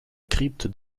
crypte